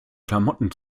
klamotten